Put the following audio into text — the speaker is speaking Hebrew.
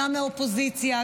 גם מהאופוזיציה,